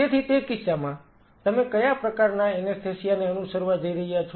તેથી તે કિસ્સામાં તમે કયા પ્રકારના એનેસ્થેસિયા ને અનુસરવા જઈ રહ્યા છો